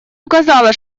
указала